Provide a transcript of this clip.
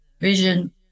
vision